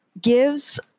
gives